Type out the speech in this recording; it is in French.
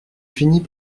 finis